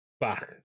back